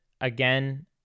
again